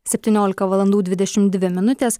septyniolika valandų dvidešim dvi minutės